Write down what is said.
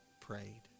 prayed